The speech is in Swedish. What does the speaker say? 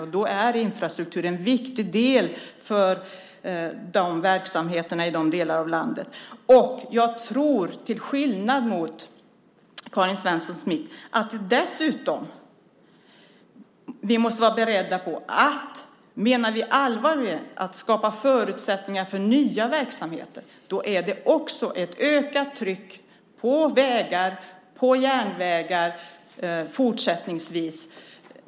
Infrastrukturen är där en viktig del för verksamheterna i olika delar av landet. Jag tror till skillnad mot Karin Svensson Smith att vi dessutom måste vara beredda. Menar vi allvar med att skapa förutsättningar för nya verksamheter är det fortsättningsvis ett ökat tryck på vägar och järnvägar.